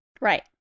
right